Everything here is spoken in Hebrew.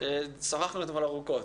שוחחנו אתמול ארוכות.